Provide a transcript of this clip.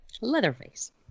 Leatherface